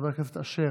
חבר הכנסת עודה,